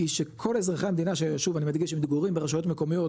היא שכל אזרחי המדינה ששוב אני מדגיש מתגוררים ברשויות מקומיות,